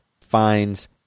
finds